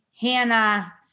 Hannah